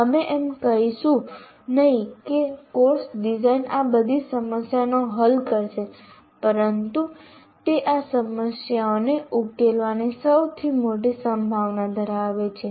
અમે એમ કહીશું નહીં કે કોર્સ ડિઝાઇન આ બધી સમસ્યાઓ હલ કરશે પરંતુ તે આ સમસ્યાઓને ઉકેલવાની સૌથી મોટી સંભાવના ધરાવે છે